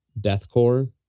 deathcore